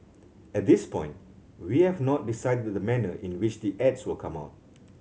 at this point we have not decided the manner in which the ads will come out